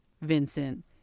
Vincent